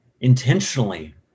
intentionally